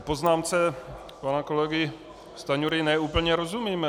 Poznámce pana kolegy Stanjury ne úplně rozumíme.